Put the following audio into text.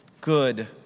good